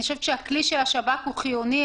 אני חושבת שהכלי של השב"כ חיוני.